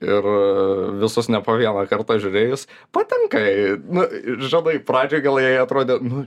ir visus ne po vieną kartą žiūrėjus patinka jai nu ir žinai pradžioj gal jai atrodė nu